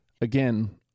again